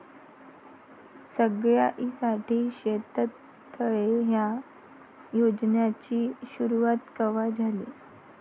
सगळ्याइसाठी शेततळे ह्या योजनेची सुरुवात कवा झाली?